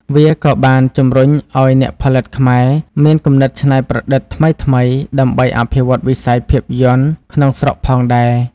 វាក៏បានជំរុញឲ្យអ្នកផលិតខ្មែរមានគំនិតច្នៃប្រឌិតថ្មីៗដើម្បីអភិវឌ្ឍវិស័យភាពយន្តក្នុងស្រុកផងដែរ។